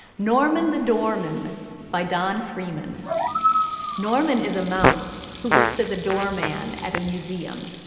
norman the doorman by don freeman norman is a mouse who works as a doorman at a museum,